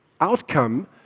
outcome